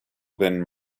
been